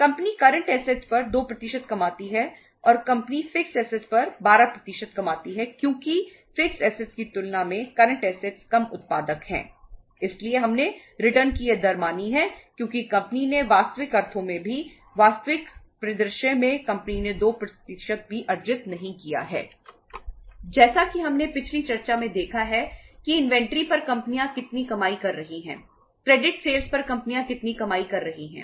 company current assets पर कंपनियां कितनी कमाई कर रही हैं